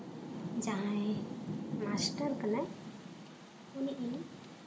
ᱡᱟᱦᱟᱸᱭ ᱢᱟᱥᱴᱟᱨ ᱠᱟᱱᱟᱭ ᱩᱱᱤ ᱤᱧ